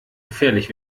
gefährlich